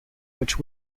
which